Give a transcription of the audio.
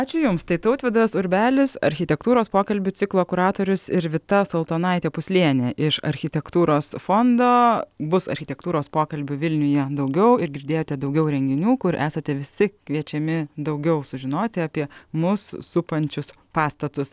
ačiū jums tai tautvydas urbelis architektūros pokalbių ciklo kuratorius ir vita soltonaitė puslienė iš architektūros fondo bus architektūros pokalbių vilniuje daugiau ir girdėjote daugiau renginių kur esate visi kviečiami daugiau sužinoti apie mus supančius pastatus